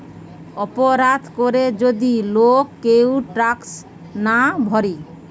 অপরাধ করে যদি লোক কেউ ট্যাক্স না ভোরে